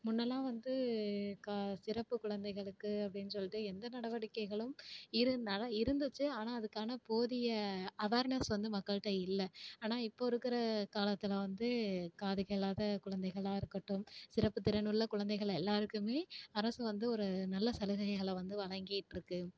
முன்னலாம் வந்து க சிறப்பு குழந்தைகளுக்கு அப்படினு சொல்லிட்டு எந்த நடவடிக்கைகளும் இருந்தாலும் இருந்துச்சு ஆனால் அதுக்கான போதிய அவார்னஸ் வந்து மக்கள்கிட்ட இல்லை ஆனால் இப்போது இருக்கிற காலத்தில் வந்து காது கேளாத குழந்தைகளாக இருக்கட்டும் சிறப்பு திறனுள்ள குழந்தைகள் எல்லோருக்குமே அரசு வந்து ஒரு நல்ல சலுகைகளை வந்து வழங்கிட்டுருக்கு